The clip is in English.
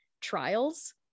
trials